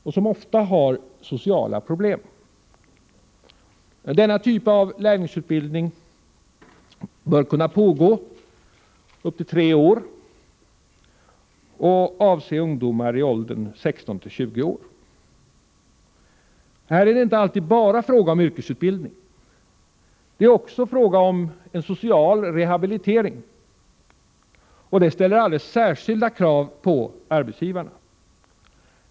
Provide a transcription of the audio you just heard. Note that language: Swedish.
och som ofta har sociala problem. Denna typ av lärlingsutbildning bör kunna pågå upp till tre år och avse ungdomar i åldern 16-20 år. Här är det inte alltid bara fråga om yrkesutbildning. Det är o en social rehabilitering, och det ställer alldeles särskilda krav p na.